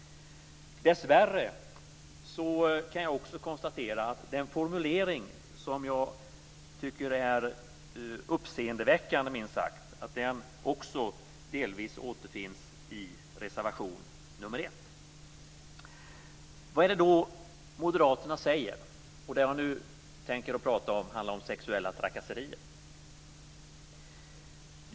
Dessvärre kan jag också konstatera att den minst sagt uppseendeväckande formuleringen också delvis återfinns i reservation nr 1. Vad är det då Moderaterna säger? Det jag nu tänker prata om handlar om sexuella trakasserier.